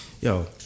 Yo